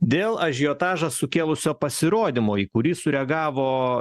dėl ažiotažą sukėlusio pasirodymo į kurį sureagavo